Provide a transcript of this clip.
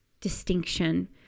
distinction